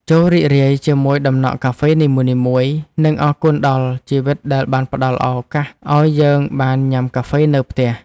ចូររីករាយជាមួយដំណក់កាហ្វេនីមួយៗ និងអរគុណដល់ជីវិតដែលបានផ្ដល់ឱកាសឱ្យយើងបានញ៉ាំកាហ្វេនៅផ្ទះ។